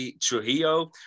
Trujillo